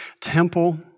temple